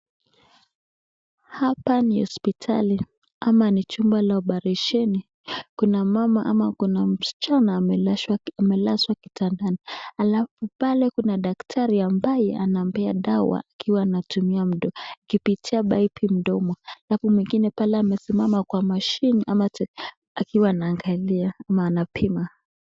Hapa ni hosipitali ama ni chumba la oparesheni, kuna mama ama kuna msichana amelazwa kitandani alafu pale kuna daktari ambaye anampea dawa akiwa anatumia mdomo-- kupitia pipe mdomo, alafu mwingine amesimama kwa machine ama-- akiwa anaangalia ama anapima.